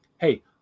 Hey